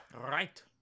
Right